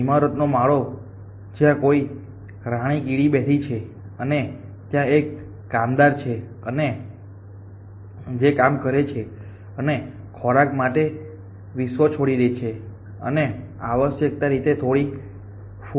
ઇમારતનો માળો જ્યાં કોઈ રાણી કીડી બેઠી છે અને ત્યાં એક કામદાર છે અને જે કામ કરે છે અને ખોરાક માટે વિશ્વ છોડી દે છે અને આવશ્યકરીતે થોડી ફૂડ બેગ મેળવે છે